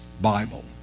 Bible